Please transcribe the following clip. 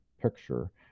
picture